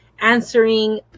answering